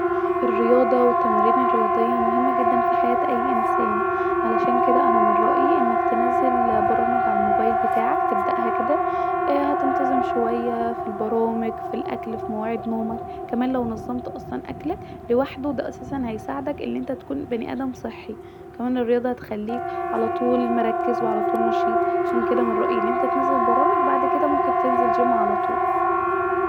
الرياضه والتمارين الرياضية مهمه جدا في حياه اي انسان علشان كدا انا من رأي انك تنزل برامج علي الموبايل بتاعك ااا هتنتنظم شويه في البرامج في الاكل وفي مواعيد نومك وكمان لو نظمت اصلا اكلك لوحده ده اساسا هيساعدك تكون بني ادم صحي وكمان الرياضه هتخليك مركز علي طول ف عشان كدا من رأي انك تنزل بعد كدا ممكن تنزل جيم علي طول